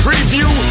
Preview